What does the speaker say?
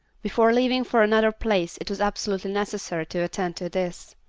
before leaving for another place it was absolutely necessary to attend to this.